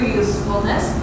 usefulness